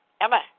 Emma